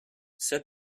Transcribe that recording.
set